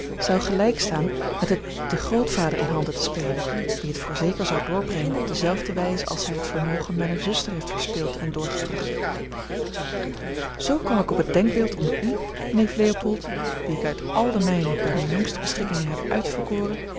zou gelijk staan met het den grootvader in handen te spelen die het voorzeker zou doorbrengen op dezelfde wijze als hij het vermogen mijner zuster heeft verspild en doorgebracht zoo kwam ik op het denkbeeld om u neef leopold dien ik uit al de mijne bij mijne jongste beschikkingen heb uitverkoren